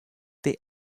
they